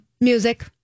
music